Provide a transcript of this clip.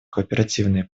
кооперативные